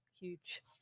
huge